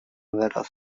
wyrost